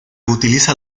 utiliza